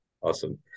awesome